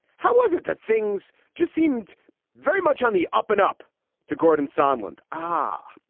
how was it that things just seemed very much on the up and up to gordon sunland? ah,